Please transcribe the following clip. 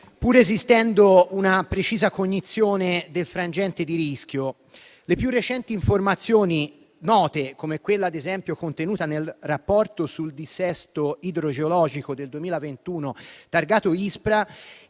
pur esistendo una precisa cognizione del frangente di rischio. Le più recenti informazioni note - come quella, ad esempio, contenuta nel rapporto sul dissesto idrogeologico del 2021, targato